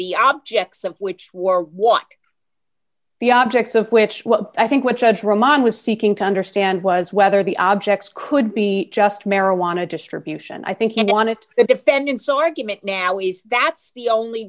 the objects of which were what the objects of which well i think what judge roman was seeking to understand was whether the objects could be just marijuana distribution i think he wanted the defendant so argument now is that's the only